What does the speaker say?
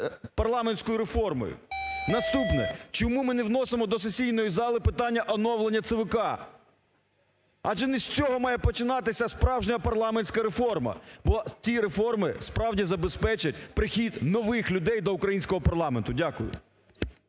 парламентською реформою? Наступне. Чому ми не вносимо до сесійної зали питання оновлення ЦВК? Адже не з цього має починатися справжня парламентська реформа, бо ті реформи справді забезпечать прихід нових людей до українського парламенту. Дякую.